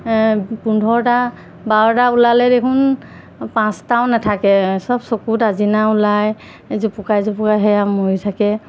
পোন্ধৰটা বাৰটা ওলালে দেখোন পাঁচটাও নাথাকে চব চকুত আজিনা ওলায় জোপকাই জোপকাই সেয়া মৰি থাকে